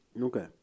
Okay